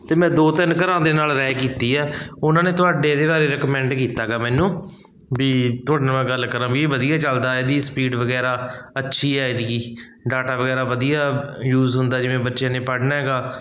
ਅਤੇ ਮੈਂ ਦੋ ਤਿੰਨ ਘਰਾਂ ਦੇ ਨਾਲ ਰਾਏ ਕੀਤੀ ਹੈ ਉਹਨਾਂ ਨੇ ਤੁਹਾਡੇ ਇਹਦੇ ਬਾਰੇ ਰਿਕਮੈਂਡ ਕੀਤਾ ਗਾ ਮੈਨੂੰ ਵੀ ਤੁਹਾਡੇ ਨਾਲ ਮੈਂ ਗੱਲ ਕਰਾਂ ਵੀ ਇਹ ਵਧੀਆ ਚੱਲਦਾ ਇਹਦੀ ਸਪੀਡ ਵਗੈਰਾ ਅੱਛੀ ਹੈ ਇਹਦੀ ਡਾਟਾ ਵਗੈਰਾ ਵਧੀਆ ਯੂਜ ਹੁੰਦਾ ਜਿਵੇਂ ਬੱਚੇ ਨੇ ਪੜ੍ਹਨਾ ਹੈਗਾ